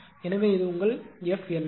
எனவே இது உங்கள் F LP